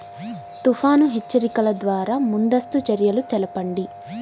తుఫాను హెచ్చరికల ద్వార ముందస్తు చర్యలు తెలపండి?